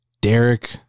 Derek